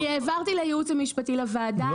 אני העברתי לייעוץ המשפטי לוועדה.